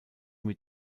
mit